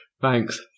Thanks